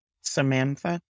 Samantha